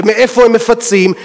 ומאיפה הם מפצים?